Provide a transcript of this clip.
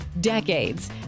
decades